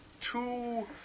two